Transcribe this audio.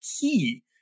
key